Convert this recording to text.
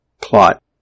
plot